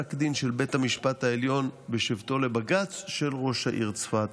פסק דין של בית המשפט העליון בשבתו כבג"ץ של ראש העיר צפת,